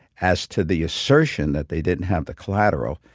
as to the assertion that they didn't have the collateral,